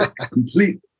complete